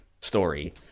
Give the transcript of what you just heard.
story